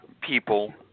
people